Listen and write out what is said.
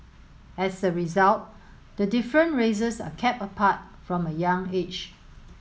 as a result the different races are kept apart from a young age